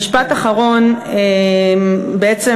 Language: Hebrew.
משפט אחרון, בעצם